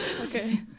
Okay